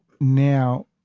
now